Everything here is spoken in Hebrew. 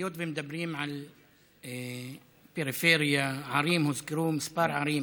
היות שמדברים על פריפריה, הוזכרו כמה ערים,